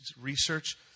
research